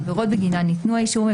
העבירות בגינן ניתנו האישורים,